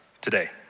today